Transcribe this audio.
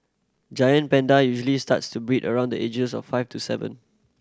giant panda usually starts to breed around the ages of five to seven